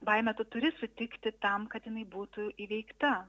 baimę tu turi sutikti tam kad jinai būtų įveikta